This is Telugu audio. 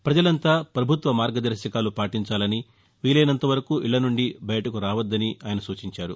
ప్రజలంతా పభుత్వ మార్గదర్శకాలు పాటించాలని వీలైనంత వరకు ఇళ్ల నుంచి బయటకు రావద్దని ఆయన సూచించారు